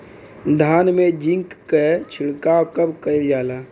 धान में जिंक क छिड़काव कब कइल जाला?